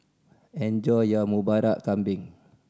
enjoy your Murtabak Kambing